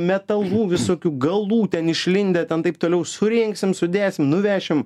metalų visokių galų ten išlindę ten taip toliau surinksim sudėsim nuvešim